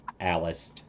Alice